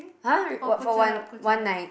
!huh! what for one one night